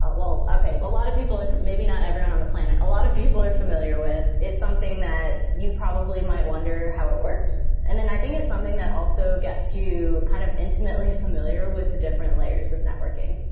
ah well, okay. a lot of people, maybe not everyone on the planet. a lot of people are familiar with. it's something that you probably might wonder how it works, and then i think it's something that also gets you kind of intimately familiar with the different layers of networking.